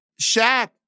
Shaq